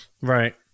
Right